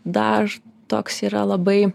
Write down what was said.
dar toks yra labai